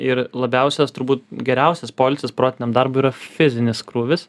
ir labiausias turbūt geriausias poilsis protiniam darbui yra fizinis krūvis